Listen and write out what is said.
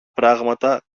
πράματα